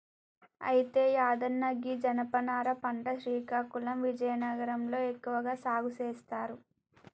అయితే యాదన్న గీ జనపనార పంట శ్రీకాకుళం విజయనగరం లో ఎక్కువగా సాగు సేస్తారు